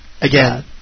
Again